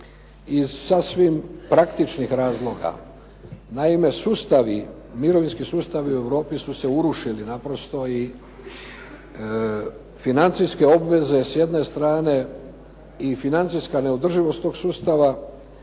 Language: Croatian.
iz sasvim praktičnih razloga. Naime, sustavi, mirovinski sustavi u Europi su se urušili naprosto i financijske obveze s jedne strane i financijska neodrživost tog sustava,